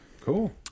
Cool